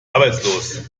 arbeitslos